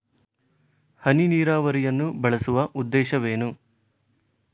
ಹನಿ ನೀರಾವರಿಯನ್ನು ಬಳಸುವ ಉದ್ದೇಶವೇನು?